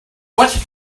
what